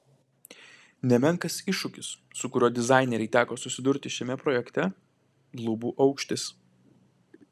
nemenkas iššūkis su kuriuo dizainerei teko susidurti šiame projekte lubų aukštis